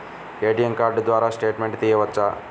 ATM card ద్వారా statement తీయవచ్చా?